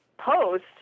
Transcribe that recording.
Post